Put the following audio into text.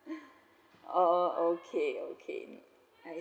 oh okay okay